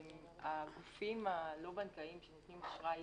הגופים הלא בנקאיים שנותנים אשראי